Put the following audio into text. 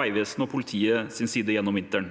Vegvesenet og politiet gjennom vinteren.